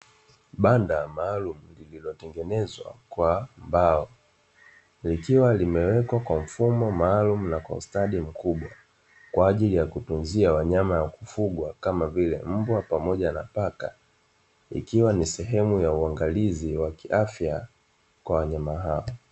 Banda maalumu lililotengenezwa kwa mbao likiwa limewekwa kwa mfumo maalumu na kwa ustadi mkubwa, kwaajili ya kutunzia wanyama wa kufugwa kama vile: mbwa pamoja na paka, ikiwa ni sehemu ya uangalizi wa kiafya kwa wanyama hao.